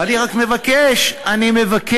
אני רק מבקש, נימוס.